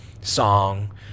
song